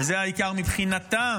וזה העיקר מבחינתם,